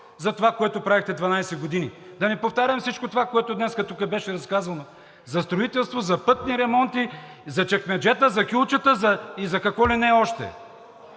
за това, което правихте 12 години. Да не повтарям всичко това, което днес тук беше разказано за строителство, за пътни ремонти, за чекмеджета, за кюлчета и за какво ли не още.